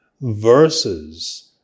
verses